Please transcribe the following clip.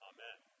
Amen